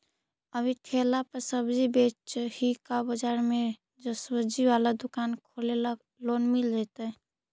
अभी ठेला पर सब्जी बेच ही का बाजार में ज्सबजी बाला दुकान खोले ल लोन मिल जईतै?